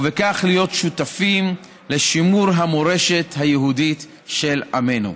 ובכך להיות שותפים לשימור המורשת היהודית של עמנו.